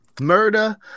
Murder